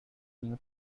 new